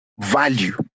value